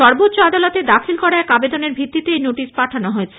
সর্বোচ্চ আদালতে দাখিল করা এক আবেদনের ভিত্তিতে এই নোটিশ পাঠানো হয়েছে